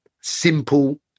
simple